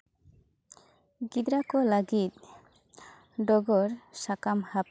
ᱜᱤᱫᱽᱨᱟᱹ ᱠᱚ ᱞᱟᱹᱜᱤᱫ ᱰᱚᱜᱚᱨ ᱥᱟᱠᱟᱢ ᱦᱟᱯ